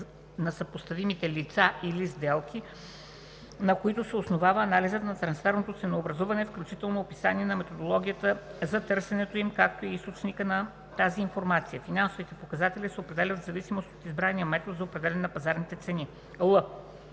на съпоставимите лица или сделки, на които се основава анализът на трансферното ценообразуване, включително описание на методологията за търсенето им, както и източника на тази информация; финансовите показатели се определят в зависимост от избрания метод за определяне на пазарните цени;